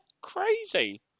Crazy